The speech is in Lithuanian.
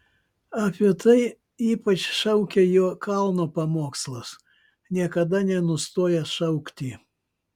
apie tai ypač šaukia jo kalno pamokslas niekada nenustoja šaukti